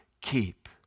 keep